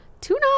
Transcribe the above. Tuna